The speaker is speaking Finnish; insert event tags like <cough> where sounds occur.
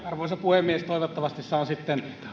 <unintelligible> arvoisa puhemies toivottavasti saan sitten